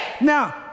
Now